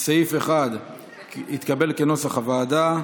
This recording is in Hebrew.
סעיף 1 התקבל כנוסח הוועדה.